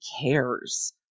cares